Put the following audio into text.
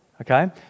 Okay